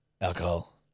Alcohol